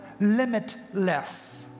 limitless